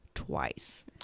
twice